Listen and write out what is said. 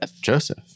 Joseph